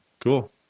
Cool